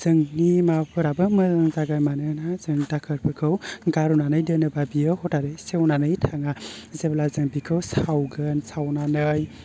जोंनि माबाफोराबो मोजां जागोन मानोना जों दाखोरफोरखौ गारनानै दोनोबा बियो हथारै सेवनानै थाङा जेब्ला जों बिखौ सावगोन सावनानै